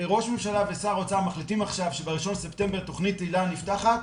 אם ראש ממשלה ושר אוצר מחליטים עכשיו שב-1 לספטמבר תוכנית היל"ה נפתחת,